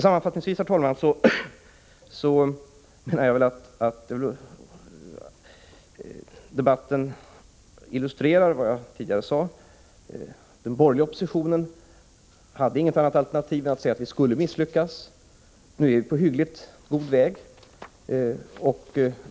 Sammanfattningsvis, herr talman, kan sägas att debatten illustrerar vad jag tidigare har sagt. Den borgerliga oppositionen hade inget annat alternativ än att säga att vi skulle misslyckas. Nu är vi på god väg att lyckas.